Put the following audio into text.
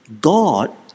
god